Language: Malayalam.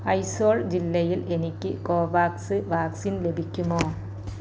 ഐസോൾ ജില്ലയിൽ എനിക്ക് കോവാക്സ് വാക്സിൻ ലഭിക്കുമോ